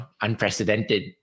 unprecedented